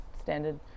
standard